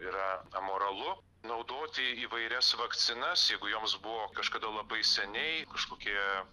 yra amoralu naudoti įvairias vakcinas jeigu joms buvo kažkada labai seniai kažkokie